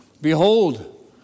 Behold